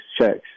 checks